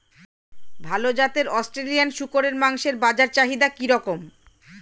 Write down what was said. ভাল জাতের অস্ট্রেলিয়ান শূকরের মাংসের বাজার চাহিদা কি রকম?